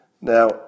Now